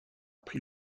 pris